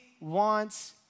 wants